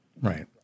right